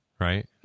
right